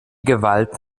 gewalt